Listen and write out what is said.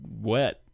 wet